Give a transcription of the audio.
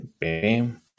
bam